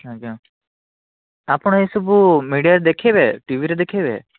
ଆଜ୍ଞା ଆପଣ ଏସବୁ ମିଡ଼ିଆରେ ଦେଖାଇବେ ଟିଭିରେ ଦେଖାଇବେ